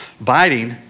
Biting